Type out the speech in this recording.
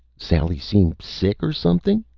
sally seem sick or something?